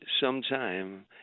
sometime